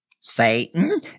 Satan